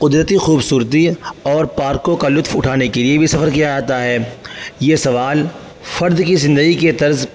قدرتی خوبصورتی اور پارکوں کا لطف اٹھانے کے لیے بھی سفر کیا جاتا ہے یہ سوال فرد کی زندگی کے طرز